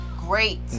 great